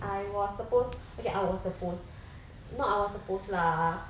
I was supposed okay I was supposed not I was supposed lah